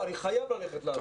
אני חייב ללכת לעבוד.